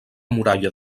muralla